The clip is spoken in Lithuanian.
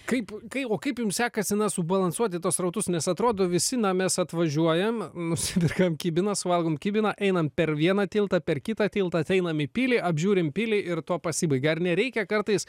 kaip kai o kaip jum sekasi subalansuoti tuos srautus nes atrodo visi na mes atvažiuojam nusiperkam kibiną valgom kibiną einam per vieną tiltą per kitą tiltą ateinam į pilį apžiūrim pilį ir tuo pasibaigia ar nereikia kartais